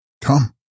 Come